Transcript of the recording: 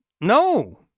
No